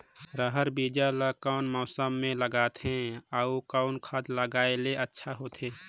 रहर बीजा ला कौन मौसम मे लगाथे अउ कौन खाद लगायेले अच्छा होथे?